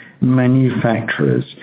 manufacturers